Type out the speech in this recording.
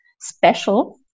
special